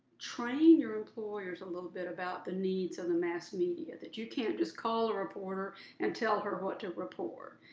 train your employers a little bit about the needs of the mass media. that you can just call a reporter and tell her what to report.